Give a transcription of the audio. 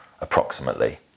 approximately